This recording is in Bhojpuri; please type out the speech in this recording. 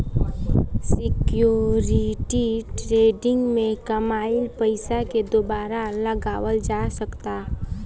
सिक्योरिटी ट्रेडिंग में कामयिल पइसा के दुबारा लगावल जा सकऽता